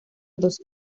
dos